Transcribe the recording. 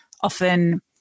often